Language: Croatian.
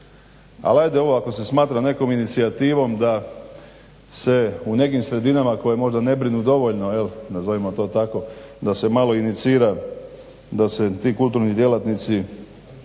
ali ajde ovo ako se smatra nekom inicijativom da se u nekim sredinama koje možda ne brinu dovoljno, nazovimo to tako, da se malo inicira da se ti kulturni djelatnici